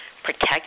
protect